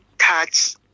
touch